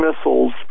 missiles